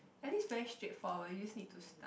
at least very straightforward you just need to start